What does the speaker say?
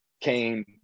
came